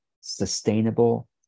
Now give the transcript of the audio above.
sustainable